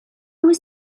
was